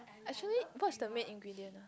actually what is the main ingredient